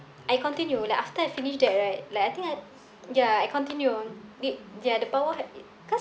I continue like after I finish that right like I think I ya I continue nid~ their the power hyd~ cause